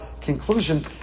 conclusion